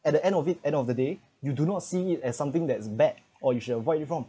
at the end of it end of the day you do not seeing it as something that's bad or you should avoid you from